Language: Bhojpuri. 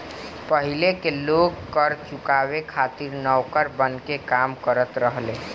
पाहिले के लोग कर चुकावे खातिर नौकर बनके काम करत रहले